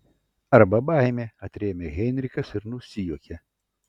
arba baimė atrėmė heinrichas ir nusijuokė